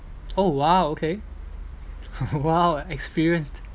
oh !wow! okay !wow! experienced